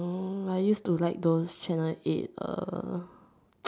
no I used to like those channel-eight uh